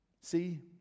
See